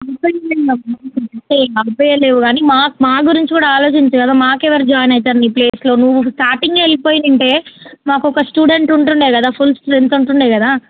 నువ్వు పే చేయలేవు కానీ మా మా గురించి కూడా ఆలోచించు కదా మాకు ఎవరు జాయిన్ అవుతారు నీ ప్లేస్లోనువ్వు స్టార్టింగ్ వెల్లిపోయి ఉంటే మాకు ఒక స్టూడెంట్ ఉంటుండే కదా ఫుల్ స్ట్రెంత్ ఉంటుండే కదా